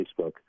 Facebook